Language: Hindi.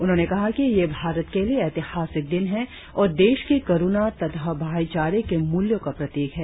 उन्होंने कहा कि यह भारत के लिए ऐतिहासिक दिन है और देश के करुणा तथा भाईचारे के मूल्यों का प्रतीक है